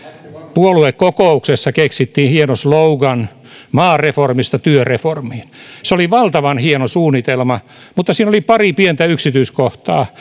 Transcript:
puoluekokouksessa keksittiin hieno slogan maareformista työreformiin se oli valtavan hieno suunnitelma mutta siinä oli pari pientä yksityiskohtaa